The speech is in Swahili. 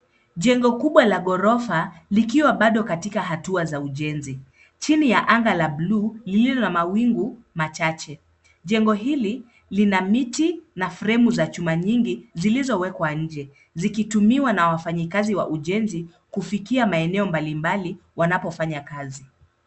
Jengo kubwa la ghorofa, likiwa bado katika hatua za ujenzi, chini ya anga la blue , lililo na mawingu machache. Jengo hili lina miti na fremu za chuma nyingi , zilizowekwa nje, zikitumiwa na wafanyikazi wa ujenzi kufikia maeneo mbali mbali, wanapofanya kazi.